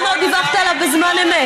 למה לא דיווחת עליו בזמן אמת?